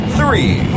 three